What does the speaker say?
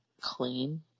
clean